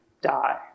die